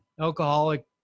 alcoholic